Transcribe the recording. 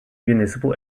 municipal